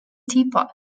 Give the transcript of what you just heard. teapot